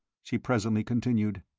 she presently continued.